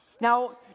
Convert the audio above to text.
now